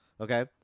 Okay